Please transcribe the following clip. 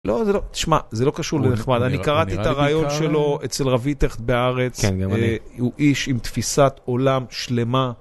לא זה לא. תשמע, זה לא קשור לנחמד, אני קראתי את הריאיון שלו אצל רוית הכט בארץ. כן, גם אני. הוא איש עם תפיסת עולם שלמה.